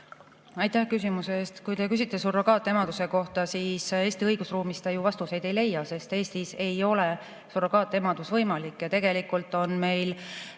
Aitäh küsimuse eest! Kui te küsite surrogaatemaduse kohta, siis Eesti õigusruumist te vastuseid ei leia, sest Eestis ei ole surrogaatemadus võimalik. Tegelikult on olemas